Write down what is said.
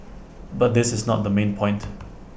but this is not the main point